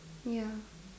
ya